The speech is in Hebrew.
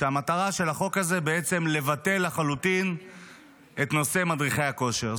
והמטרה של החוק הזה בעצם לבטל לחלוטין את נושא מדריכי הכושר.